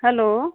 hello